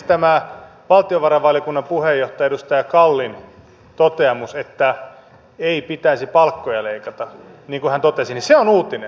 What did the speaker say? tämä valtiovarainvaliokunnan puheenjohtajan edustaja kallin toteamus että ei pitäisi palkkoja leikata niin kuin hän totesi on uutinen